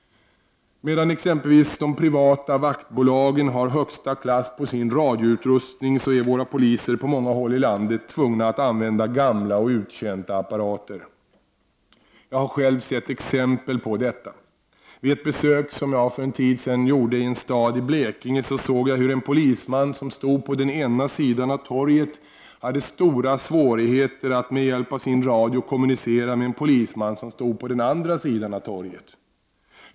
Medan exempelvis de privata vaktbolagen har högsta klass på sin radioutrustning är våra poliser på många håll i landet tvungna att använda gamla och uttjänta apparater. Jag har själv sett exempel på detta. Vid ett besök som jag för en tid sedan gjorde i en stad i Blekinge såg jag hur en polisman som stod på den ena sidan av torget hade stora svårigheter att med hjälp av sin radio kommunicera med en polisman som stod på den andra sidan av torget.